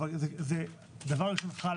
אבל דבר ראשון זה חל